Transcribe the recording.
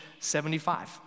75